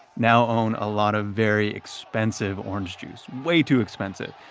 now own a lot of very expensive orange juice, way too expensive.